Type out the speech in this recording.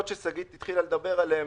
שגית התחילה לדבר על שאלות.